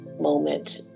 moment